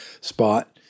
spot